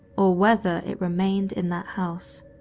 or whether it remained in that house,